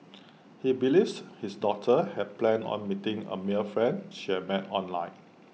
he believes his daughter had planned on meeting A male friend she had met online